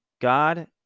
God